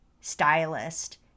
stylist